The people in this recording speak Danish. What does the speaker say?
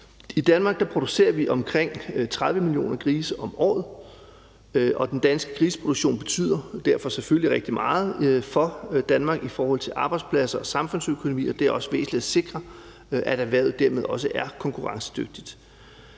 I Danmark producerer vi omkring 30 millioner grise om året, og den danske griseproduktion betyder derfor selvfølgelig rigtig meget for Danmark i forhold til arbejdspladser og samfundsøkonomi, og det er det er dermed også væsentligt at sikre, at erhvervet er konkurrencedygtigt.